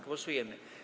Głosujemy.